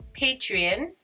Patreon